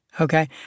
Okay